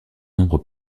nombres